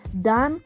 done